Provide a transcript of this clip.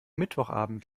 mittwochabend